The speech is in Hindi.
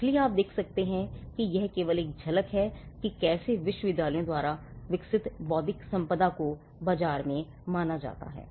इसलिए आप देख सकते हैं कि यह केवल एक झलक है कि कैसे विश्वविद्यालयों द्वारा विकसित बौद्धिक संपदा को बाजार में माना जाता है